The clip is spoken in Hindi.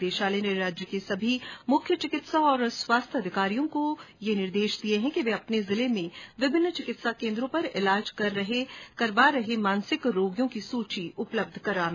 निदेशालय ने राज्य के सभी मुख्य चिकित्सा और स्वास्थ्य अधिकारियों को आदेश दिये है कि वे अपने जिले में विभिन्न चिकित्सा केन्द्रों पर इलाज करा रहे मानसिक रोगियों की सूची उपलब्ध है